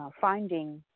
finding